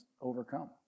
overcome